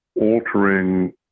altering